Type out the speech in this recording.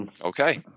Okay